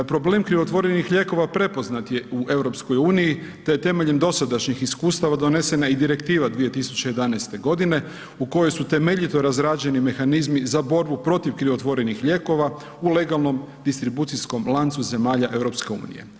Problem krivotvorenih lijekova prepoznat je u EU te je temeljem dosadašnjih iskustava donesena i direktiva 2011. godine u kojoj su temeljito razrađeni mehanizmi za borbu protiv krivotvorenih lijekova u legalnom distribucijskom lancu zemalja EU.